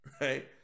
Right